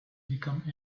become